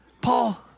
Paul